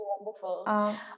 wonderful